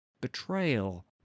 betrayal